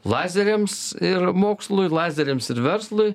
lazeriams ir mokslui ir lazeriams ir verslui